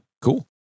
Cool